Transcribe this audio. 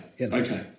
okay